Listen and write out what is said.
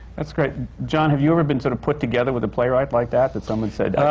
that's great. john, have you ever been sort of put together with a playwright like that, that someone said,